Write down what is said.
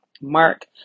Mark